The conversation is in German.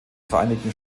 vereinigten